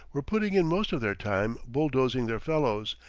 were putting in most of their time bulldozing their fellows,